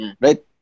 Right